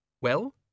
Well